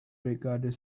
regarded